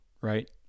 right